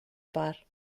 part